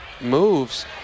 moves